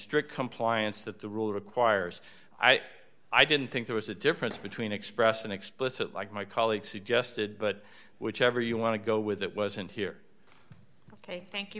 compliance that the rule requires i say i didn't think there was a difference between express and explicit like my colleague suggested but whichever you want to go with it wasn't here ok thank you